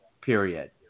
period